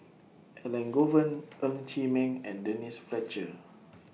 Elangovan Ng Chee Meng and Denise Fletcher